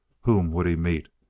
whom would he meet?